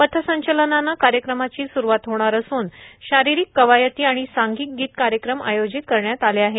पथसंचलनाने कार्यक्रमाची सुरूवात होणार असून शारीरिक कवायती आणि सांघिक गीतकार्यक्रम आयोजित करण्यात आले आहेत